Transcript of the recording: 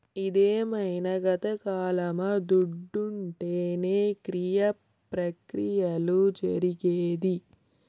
ఇదేమైన గతకాలమా దుడ్డుంటేనే క్రియ ప్రక్రియలు జరిగేది